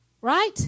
Right